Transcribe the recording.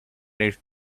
least